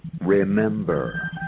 remember